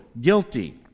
guilty